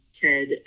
Ted